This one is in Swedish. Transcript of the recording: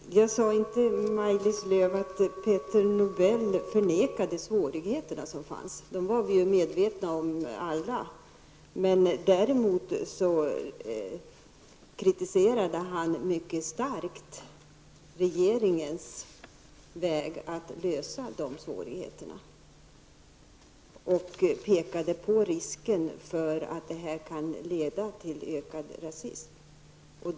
Herr talman! Jag sade inte, Maj-Lis Lööw, att Peter Nobel förnekade de svårigheter som fanns -- dem var vi alla medvetna om -- men däremot kritiserade han mycket starkt regeringens väg för att komma till rätta med de svårigeheterna och pekade på risken för att den kan leda till ökad rasism.